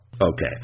Okay